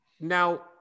Now